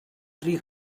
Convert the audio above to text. three